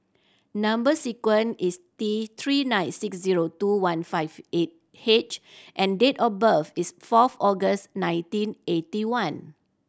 number sequence is T Three nine six zero two one five H and date of birth is fourth August nineteen eighty one